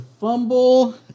fumble